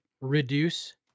reduce